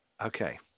Okay